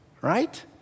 right